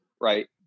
right